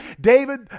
David